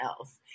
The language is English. else